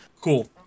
Cool